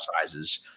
sizes